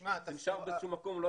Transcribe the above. במידה ונצליח לבטל